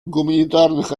гуманитарных